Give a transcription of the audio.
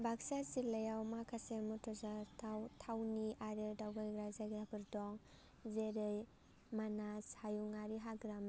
बाक्सा जिल्लायाव माखासे मख'जाथाव थावनि आरो दावबायग्रा जायगाफोर दं जेरै मानास हायुङारि हाग्रामा